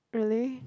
really